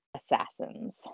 assassins